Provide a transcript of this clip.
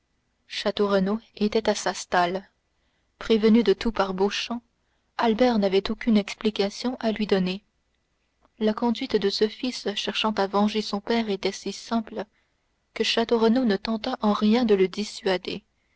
château renaud était à sa stalle prévenu de tout par beauchamp albert n'avait aucune explication à lui donner la conduite de ce fils cherchant à venger son père était si simple que château renaud ne tenta en rien de le dissuader